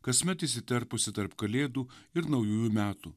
kasmet įsiterpusi tarp kalėdų ir naujųjų metų